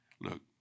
Look